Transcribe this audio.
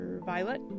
Violet